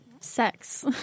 sex